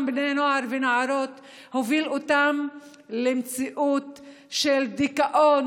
בני נוער ונערות הוביל אותם למציאות של דיכאון